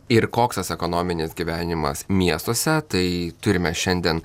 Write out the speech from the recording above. ir koks tas ekonominis gyvenimas miestuose tai turime šiandien